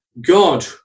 God